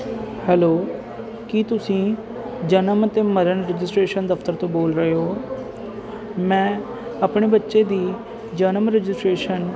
hello ਕੀ ਤੁਸੀਂ ਜਨਮ ਅਤੇ ਮਰਨ ਰਜਿਸਟਰੇਸ਼ਨ ਦਫਤਰ ਤੋਂ ਬੋਲ ਰਹੇ ਹੋ ਮੈਂ ਆਪਣੇ ਬੱਚੇ ਦੀ ਜਨਮ ਰਜਿਸਟਰੇਸ਼ਨ